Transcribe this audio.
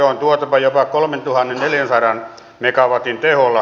on löydettävä kestäviä ratkaisuja